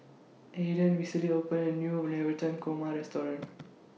Ayden recently opened A New Navratan Korma Restaurant